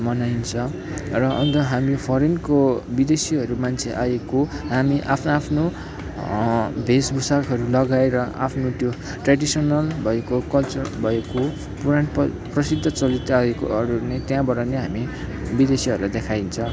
मनाइन्छ र अन्त हामी फरेनको विदेशीहरू मान्छे आएको हामी आफ्नो आफ्नो वेशभूषाहरू लगाएर आफ्नो त्यो ट्रयाडिसनल भएको कल्चरल भएको पुरानो प्रसिद्ध चल्दै आएकोहरू नै त्यहाबाट नै हामी विदेशीहरूलाई देखाइन्छ